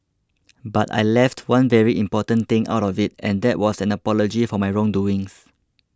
but I left one very important thing out of it and that was an apology for my wrong doings